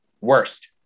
Worst